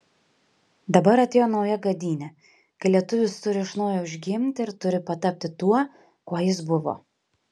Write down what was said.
dabar atėjo nauja gadynė kai lietuvis turi iš naujo užgimti ir turi patapti tuo kuo jis buvo